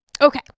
Okay